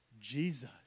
Jesus